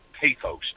pathos